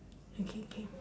okay K